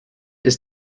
ist